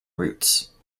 roots